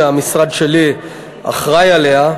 שהמשרד שלי אחראי לה,